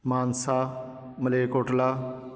Mansa Malerkotla